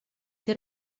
der